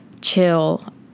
chill